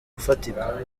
ufatika